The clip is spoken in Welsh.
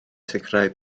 sicrhau